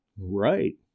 Right